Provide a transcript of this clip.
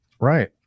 Right